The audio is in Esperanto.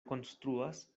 konstruas